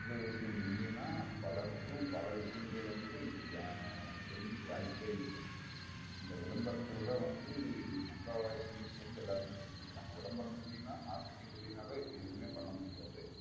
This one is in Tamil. அட்வர்டைஸ்மென்ட் இல்லைன்னா பலருக்கும் பல விஷயங்கள் வந்து இப்போ தெரிஞ்சிக்க வாய்ப்பே இல்லை இந்த விளம்பரத்தில் தான் வந்து முக்காவாசி நியூஸ் வந்து எல்லாருமே தெரிஞ்சிக்கிறாங்க விளம்பரம் இல்லைன்னா மார்க்கெட்டிங் இல்லைனாவே இப்போ எதுவுமே பண்ண முடியாது